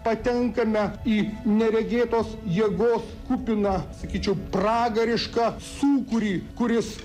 patenkame į neregėtos jėgos kupiną sakyčiau pragarišką sūkurį kuris